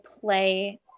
play